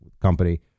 company